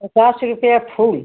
पचास रुपया फुल